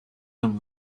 him